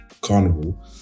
carnival